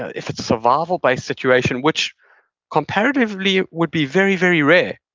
ah if it's a survival-based situation, which comparatively would be very, very rare.